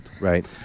Right